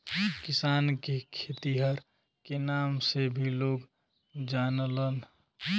किसान के खेतिहर के नाम से भी लोग जानलन